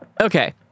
Okay